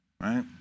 right